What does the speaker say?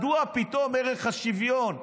מדוע פתאום ערך השוויון?